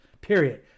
Period